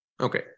Okay